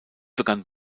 begann